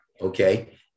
okay